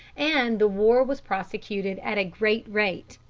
and the war was prosecuted at a great rate.